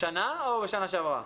השנה או שנה שעברה?